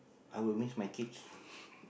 I will miss my kids